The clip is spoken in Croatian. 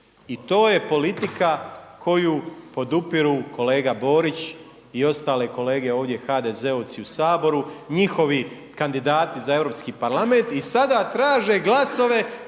i to je politika koju podupiru kolega Borić i ostale kolege ovdje HDZ-ovci u Saboru, njihovi kandidati za Europski parlament i sada traže glasove